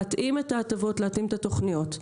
להתאים את ההטבות ואת התוכניות.